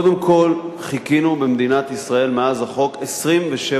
קודם כול, חיכינו במדינת ישראל 27 שנים